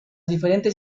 diferentes